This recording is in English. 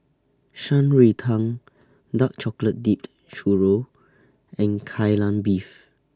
Shan Rui Tang Dark Chocolate Dipped Churro and Kai Lan Beef